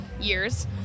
years